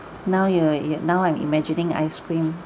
now you ya now I'm imagining ice cream